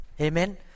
Amen